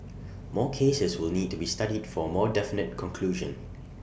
more cases will need to be studied for A more definite conclusion